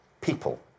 people